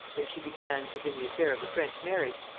than she began, as in the affair of the french marriage,